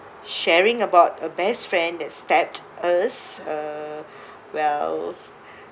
sharing about a best friend that stabbed us uh well